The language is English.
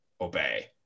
obey